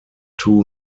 two